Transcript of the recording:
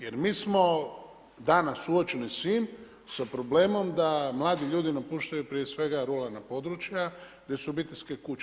Jer mi smo danas suočeni svim, sa problemom da mladi ljudi napuštaju prije svega ruralna područja gdje su obiteljske kuće.